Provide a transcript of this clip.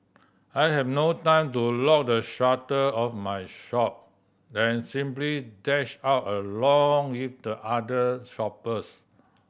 I had no time to lock the shutter of my shop and simply dashed out along with the other shoppers